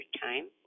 Time